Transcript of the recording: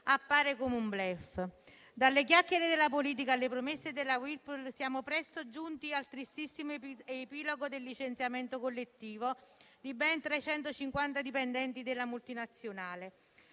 appare come un *bluff.* Dalle chiacchiere della politica alle promesse della Whirlpool siamo presto giunti al tristissimo epilogo del licenziamento collettivo di ben 350 dipendenti della multinazionale